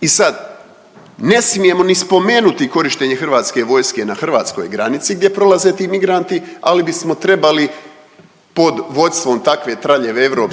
I sad, ne smijemo ni spomenuti korištenje Hrvatske vojske na hrvatskoj granici gdje prolaze ti migranti ali bismo trebali pod vodstvom takve traljave EU